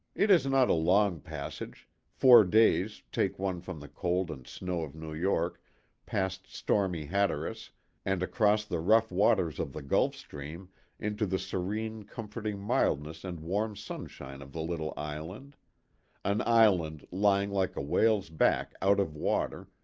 it is not a long passage four days take one from the cold and snow of new york past stormy hatteras and across the rough waters of the gulf stream into the serene, comforting mildness and warm sunshine of the little island an island lying like a whale's back out of water,